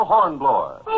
Hornblower